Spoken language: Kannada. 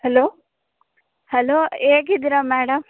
ಹಲೋ ಹಲೋ ಹೇಗಿದಿರಾ ಮೇಡಮ್